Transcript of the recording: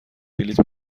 بلیط